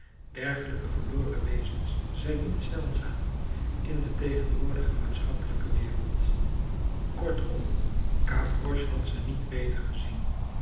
dergelijke verloren wezens zijn niet zeldzaam in de tegenwoordige maatschappelijke wereld kortom gavroche had ze niet